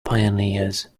pioneers